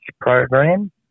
program